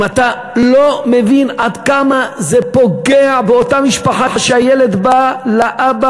אם אתה לא מבין עד כמה זה פוגע באותה משפחה שהילד בא לאבא